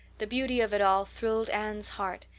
the beauty of it all thrilled anne's heart,